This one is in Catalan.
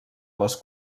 les